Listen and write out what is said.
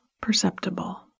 perceptible